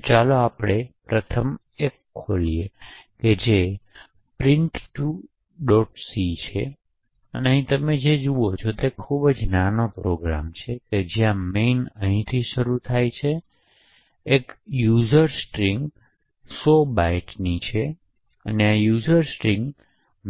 તો ચાલો આપણે પ્રથમ એક ખોલીએ જે એક પ્રિન્ટ 2 સી છે અને તમે જે અહીં જુઓ છો તે ખૂબ જ નાનો પ્રોગ્રામ છે જ્યાં મેઇન અહીંથી શરૂ થાય છે ત્યાં એક યુઝર સ્ટ્રિંગ 100 બાઇટ્સ છે અને આ યુઝર સ્ટ્રિંગ